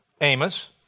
Amos